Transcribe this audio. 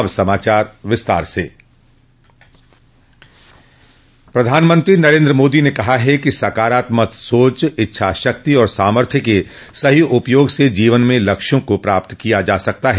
अब समाचार विस्तार से प्रधानमंत्री नरेन्द्र मोदी ने कहा है कि सकारात्मक सोच इच्छाशक्ति और सामथ्य के सही उपयोग से जीवन में लक्ष्यों को प्राप्त किया जा सकता है